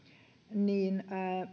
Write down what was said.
niin